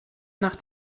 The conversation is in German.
noch